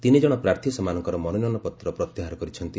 ତିନି ଜଣ ପ୍ରାର୍ଥୀ ସେମାନଙ୍କର ମନୋନୟନ ପତ୍ର ପ୍ରତ୍ୟାହାର କରିଛନ୍ତି